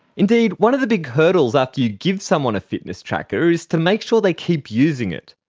indeed, one of the big hurdles after you give someone a fitness tracker is to make sure they keep using it.